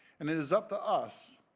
and it is up to us,